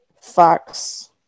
Fox